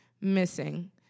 missing